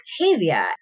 Octavia